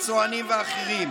הצוענים והאחרים,